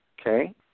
okay